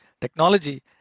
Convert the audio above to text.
technology